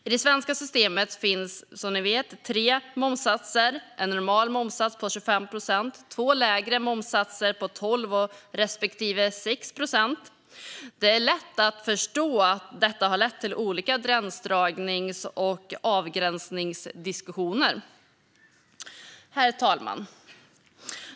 I det svenska systemet finns som ni vet tre momssatser: en normal momssats på 25 procent och två lägre momssatser på 12 respektive 6 procent. Det är lätt att förstå att detta har lett till olika gränsdragnings och avgränsningsdiskussioner. Herr talman!